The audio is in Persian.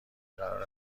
قرار